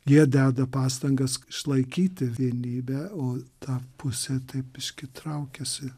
jie deda pastangas išlaikyti vienybę o ta pusė taip biškį traukiasi